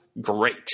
Great